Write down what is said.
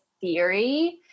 theory